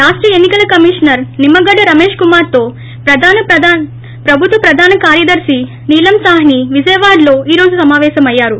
రాష్ట ఎన్పి కల కమిషనర్ నిమ్మగడ్ల రమేశ్కుమార్తో ప్రభుత్వ ప్రధాన కార్యదర్తి నీలం సాహ్పి విజయవాడలో ఈ రోజు సమాపేశయ్యారు